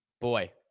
Boy